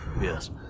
Yes